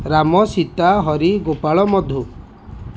Ram Sita Hari Gopal Madhu